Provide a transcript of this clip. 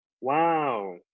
Wow